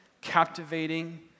captivating